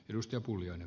arvoisa puhemies